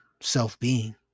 self-being